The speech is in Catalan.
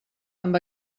amb